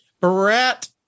Brett